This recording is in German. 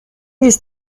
ist